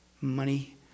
money